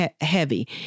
heavy